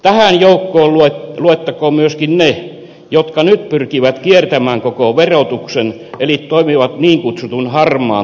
tähän joukkoon luettakoon myöskin ne jotka nyt pyrkivät kiertämään koko verotuksen eli toimivat niin kutsutun harmaan talouden piirissä